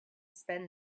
spend